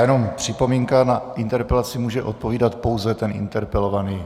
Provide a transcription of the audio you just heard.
Jenom připomínka na interpelaci může odpovídat pouze interpelovaný.